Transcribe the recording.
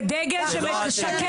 זה דגל של עם.